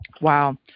Wow